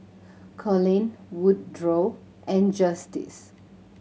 Coleen Woodrow and Justice